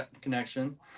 connection